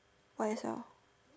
for yourself